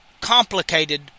complicated